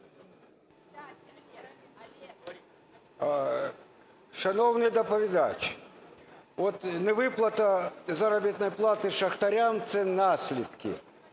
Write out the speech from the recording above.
Шановний доповідач, от невиплата заробітної плати шахтарям – це наслідки